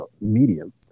medium